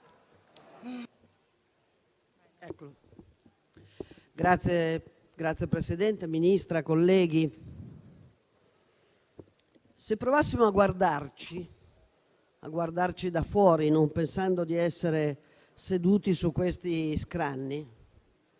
Signor Presidente, Ministra, colleghi, se provassimo a guardarci da fuori, non pensando di essere seduti su questi scranni,